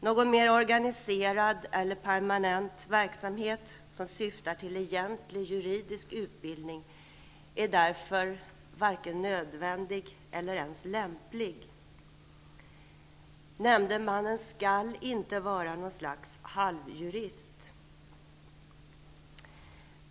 Någon mer organiserad eller permanent verksamhet som syftar till egentlig juridisk utbildning är därför varken nödvändig eller lämplig. Nämndemannen skall inte vara ett slags halvjurist.